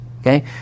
Okay